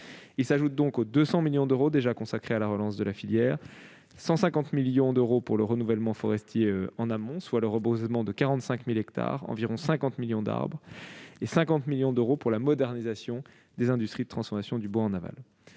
Ils s'ajoutent donc aux 200 millions d'euros déjà consacrés à la relance de la filière : 150 millions d'euros pour le renouvellement forestier en amont- cela correspond au reboisement de 45 000 hectares, soit environ 50 millions d'arbres -et 50 millions d'euros pour la modernisation des industries de transformation du bois en aval.